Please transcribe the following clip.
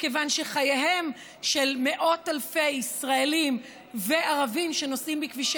כיוון שחייהם של מאות אלפי ישראלים וערבים שנוסעים בכבישי